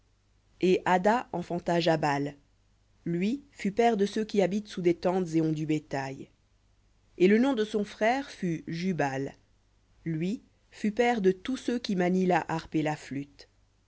et ada enfanta jabal lui fut père de ceux qui habitent sous des tentes et ont du bétail et le nom de son frère fut jubal lui fut père de tous ceux qui manient la harpe et la flûte